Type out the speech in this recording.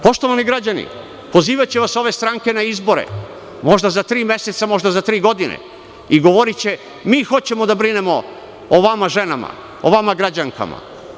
Poštovani građani, pozivaće vas ove stranke na izbore, možda za tri meseca, možda za tri godine, i govoriće – mi hoćemo da brinemo o vama ženama, o vama građankama.